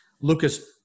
Lucas